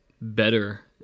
better